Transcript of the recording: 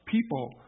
people